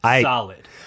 solid